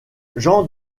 jean